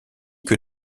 que